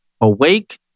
awake